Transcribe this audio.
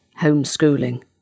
homeschooling